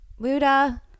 Luda